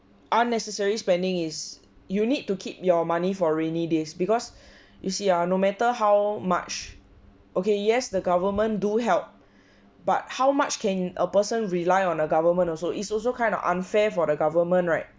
unnecessary spending is you need to keep your money for rainy days because you see ah no matter how much okay yes the government do help but how much can a person rely on the government also it's also kind of unfair for the government right